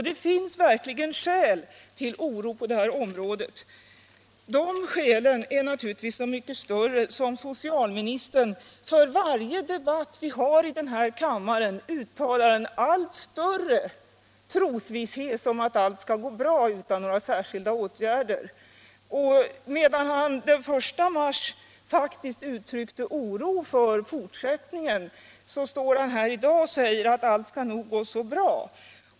Det finns verkligen skäl till oro på detta område. Dessa är naturligtvis så mycket större som socialministern i varje debatt här i kammaren uttalar en allt större trosvisshet om att allt skall gå bra utan några särskilda åtgärder. Den 1 mars uttryckte han här i kammaren oro för fortsättningen, men i dag säger han att allt nog skall gå så bra.